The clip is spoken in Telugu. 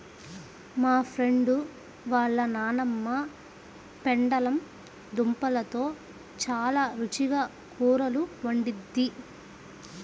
మా ఫ్రెండు వాళ్ళ నాన్నమ్మ పెండలం దుంపలతో చాలా రుచిగా కూరలు వండిద్ది